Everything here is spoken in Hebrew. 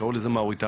וקראו לזה מאוריטניה.